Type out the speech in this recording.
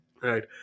Right